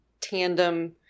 tandem